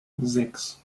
sechs